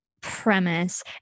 premise